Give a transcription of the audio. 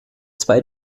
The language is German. zwei